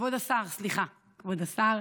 כבוד השר, סליחה, כבוד השר.